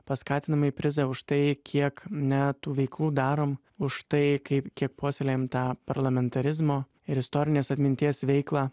paskatinamąjį prizą už tai kiek metų veiklų darom už tai kaip kiek puoselėjam tą parlamentarizmo ir istorinės atminties veiklą